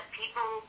people